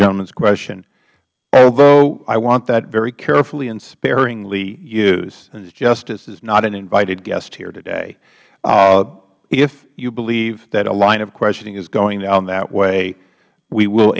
gentleman's question although i want that very carefully and sparingly used and the justice is not an invited guest here today if you believe that a line of questioning is going down that way we will